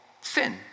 sin